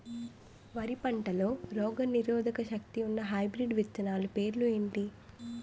వరి పంటలో రోగనిరోదక శక్తి ఉన్న హైబ్రిడ్ విత్తనాలు పేర్లు ఏంటి?